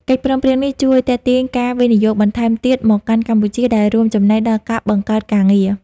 កិច្ចព្រមព្រៀងនេះបានជួយទាក់ទាញការវិនិយោគបន្ថែមទៀតមកកាន់កម្ពុជា ដែលរួមចំណែកដល់ការបង្កើតការងារ។